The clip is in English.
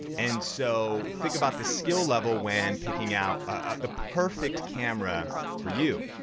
and so, think about the skill level when picking out ah the perfect camera for you.